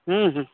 हूँ हूँ